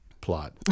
plot